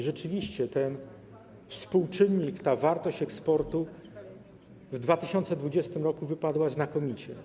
Rzeczywiście ten współczynnik, ta wartość eksportu, w 2020 r. wypadł znakomicie.